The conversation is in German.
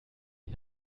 ich